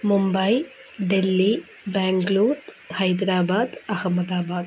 Mumbai Delhi Bangalore Hyderabad Ahmedabad